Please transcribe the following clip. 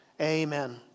amen